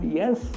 yes